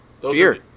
Fear